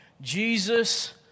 Jesus